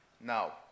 Now